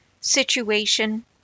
situation